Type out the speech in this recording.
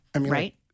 Right